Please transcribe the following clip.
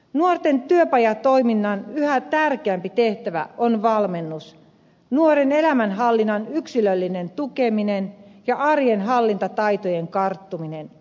nuorten työpajatoiminnan yhä tärkeämpi tehtävä on valmennus nuoren elämänhallinnan yksilöllinen tukeminen ja arjen hallintataitojen kartuttaminen